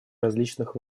различных